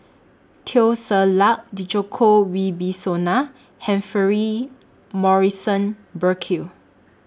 Teo Ser Luck Djoko Wibisono Humphrey Morrison Burkill